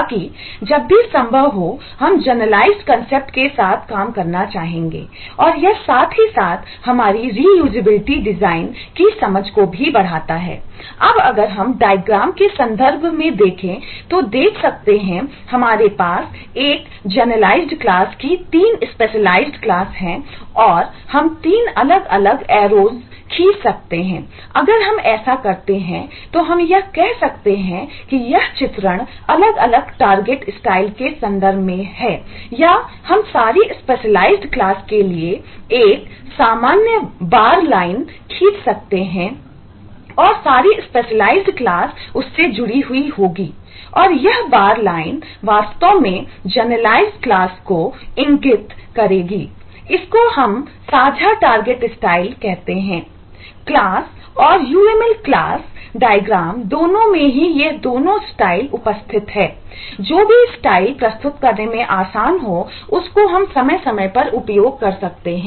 ताकि जब भी संभव हो हम जनरलाइज्ड कंसेप्ट के संदर्भ में है या हम सारी स्पेशलाइज्ड क्लास करने में आसान हो उसको हम समय समय पर उपयोग कर सकते हैं